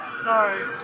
Sorry